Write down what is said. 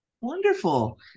Wonderful